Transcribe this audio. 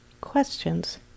questions